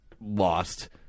lost